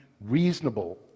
reasonable